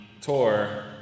tour